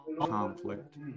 conflict